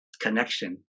connection